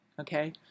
okay